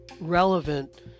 relevant